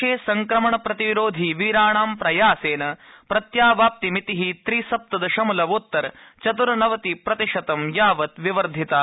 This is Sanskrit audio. देशे संक्रमण प्रतिरोधी वीराणां प्रयासेन प्रत्यवाप्निमिति त्रि सप्त दशमलवोत्तर चतुर्नवति प्रतिशतं यावत् विवर्धिता